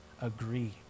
agree